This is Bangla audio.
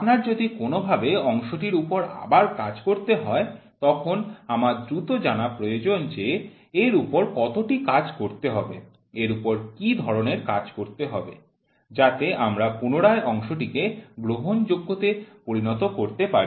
আপনার যদি কোনও ভাবে অংশটির উপর আবার কাজ করতে হয় তখন আমার দ্রুত জানা প্রয়োজন যে এর উপর কতটি কাজ করতে হবে এর উপর কি ধরনের কাজ করতে হবে যাতে আমরা পুনরায় অংশটিকে গ্রহণযোগ্যতে পরিণত করতে পারি